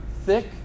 thick